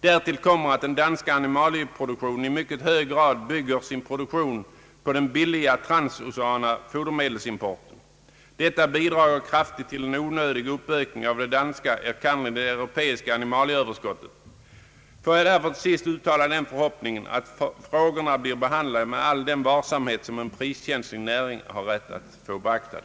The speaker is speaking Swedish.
Därtill kommer att den danska animalieproduktionen i mycket hög grad bygger sin produktion på den billigare transoceana fodermedelsimporten. Detta bidrager kraftigt till en onödig ökning av det danska, enkannerligen det europeiska, animalieöverskottet. Låt mig därför till sist uttala den förhoppningen att frågorna blir behandlade med all den varsamhet som en priskänslig näring har rätt att få beaktad.